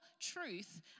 truth